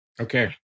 Okay